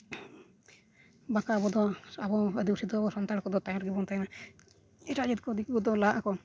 ᱵᱟᱝᱠᱷᱟᱱ ᱟᱵᱚ ᱫᱚ ᱟᱵᱚ ᱟᱹᱫᱤᱵᱟᱹᱥᱤ ᱫᱚ ᱥᱟᱱᱛᱟᱲ ᱠᱚᱫᱚ ᱛᱟᱭᱚᱢ ᱨᱮᱜᱮ ᱵᱚᱱ ᱛᱟᱦᱮᱱᱟ ᱮᱴᱟᱜ ᱡᱟᱹᱛ ᱫᱤᱠᱩ ᱠᱚᱫᱚ ᱠᱚ ᱞᱟᱦᱟᱜ ᱟᱠᱚ